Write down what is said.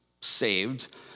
saved